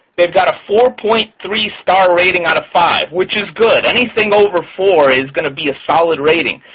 they've got a four point three star rating out of five, which is good. anything over four is going to be a solid rating,